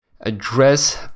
address